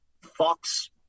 Fox